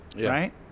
Right